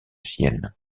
sienne